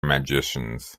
magicians